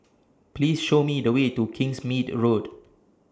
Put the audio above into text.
Please Show Me The Way to Kingsmead Road